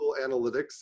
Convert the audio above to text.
Analytics